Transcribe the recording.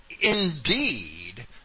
indeed